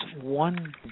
one